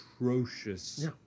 atrocious